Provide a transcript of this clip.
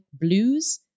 blues